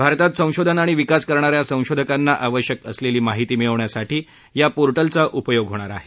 भारतात संशोधन आणि विकास करणाऱ्या संशोधकांना आवश्यक असलेली माहिती मिळवण्यासाठी या पोर्टलचा उपयोग होणार आहे